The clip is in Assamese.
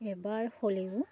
এবাৰ হ'লেও